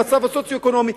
המצב הסוציו-אקונומי,